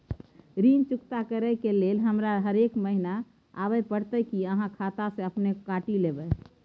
ऋण चुकता करै के लेल हमरा हरेक महीने आबै परतै कि आहाँ खाता स अपने काटि लेबै?